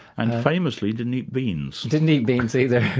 and famously, didn't eat beans. didn't eat beans either,